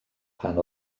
pan